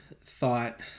thought